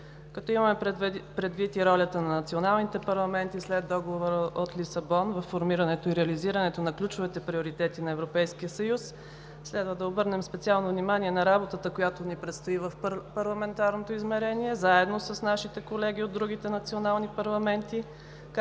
Като имаме предвид и ролята на националните парламенти след Договора от Лисабон във формирането и реализирането на ключовите приоритети на Европейския съюз, следва да обърнем специално внимание на работата, която ни предстои в парламентарното измерение заедно с нашите колеги от другите национални парламенти,